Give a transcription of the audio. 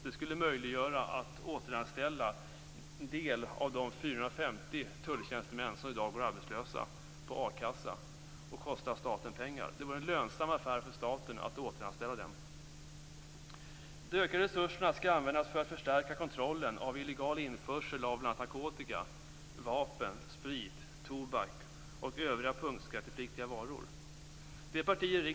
Det skulle möjliggöra återanställning av en del av de 450 tulltjänstemän som i dag går arbetslösa med a-kassa. De kostar staten pengar, så det vore en lönsam affär för staten att återanställa dem. De ökade resurserna skall användas till att förstärka kontrollen av illegal införsel av bl.a. narkotika, vapen, sprit, tobak och övriga punktskattepliktiga varor.